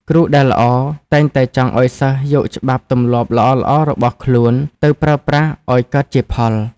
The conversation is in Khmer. គ្រូដែលល្អ តែងតែចង់ឱ្យសិស្សយកច្បាប់ទម្លាប់ល្អៗរបស់ខ្លួនទៅប្រើប្រាស់ឱ្យកើតជាផល។